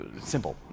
simple